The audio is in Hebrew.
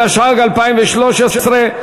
התשע"ג 2013,